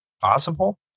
possible